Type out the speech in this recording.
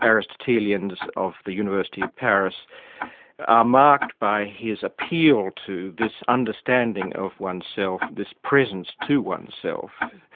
aristotelians of the university of paris are marked by his appeal to this understanding of oneself, this presence to oneself,